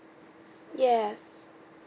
yes